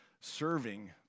serving